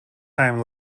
time